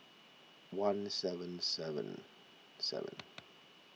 one seven seven seven